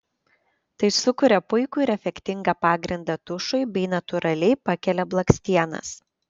tai sukuria puikų ir efektingą pagrindą tušui bei natūraliai pakelia blakstienas